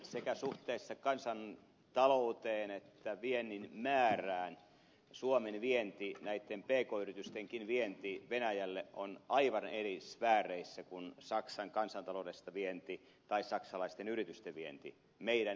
sekä suhteessa kansantalouteen että viennin määrään suomen vienti näitten pk yritystenkin vienti venäjälle on aivan eri sfääreissä kuin saksan kansantaloudesta vienti tai saksalaisten yritysten vienti meidän eduksemme